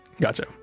gotcha